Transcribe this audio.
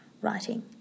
writing